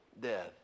death